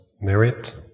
merit